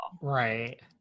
Right